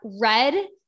red